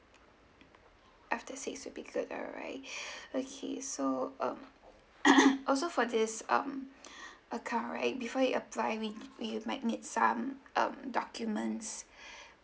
after six will be good alright okay so um also for this um account right before you apply we we might need some um documents